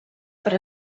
per